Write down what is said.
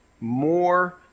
more